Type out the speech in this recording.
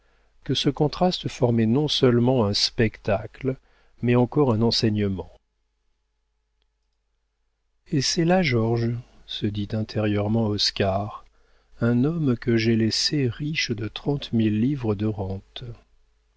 que ce contraste formait non-seulement un spectacle mais encore un enseignement et c'est là georges se dit intérieurement oscar un homme que j'ai laissé riche de trente mille livres de rentes